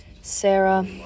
Sarah